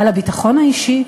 על הביטחון האישי,